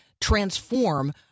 transform